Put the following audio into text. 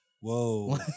Whoa